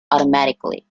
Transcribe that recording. automatically